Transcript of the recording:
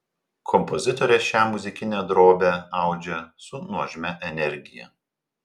kompozitorė šią muzikinę drobę audžia su nuožmia energija